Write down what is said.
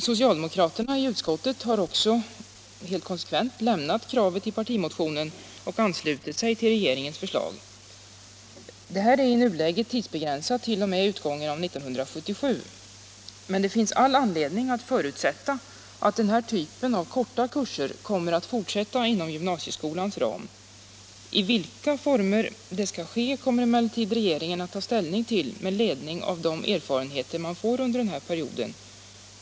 Socialdemokraterna i utskottet har också helt konsekvent lämnat det kravet i motionen och anslutit sig till regeringens förslag. Bidraget är i nuläget tidsbegränsat t.o.m. utgången av år 1977, men det finns all anledning att förutsätta att denna typ av korta kurser kommer att fortsätta inom gymnasieskolans ram. I vilka former det skall ske kommer emellertid regeringen att ta ställning till med ledning av de erfarenheter man får under den här perioden.